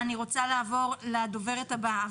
אני רוצה לעבור לדוברת הבאה בזום,